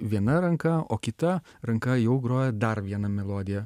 viena ranka o kita ranka jau groja dar vieną melodiją